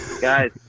guys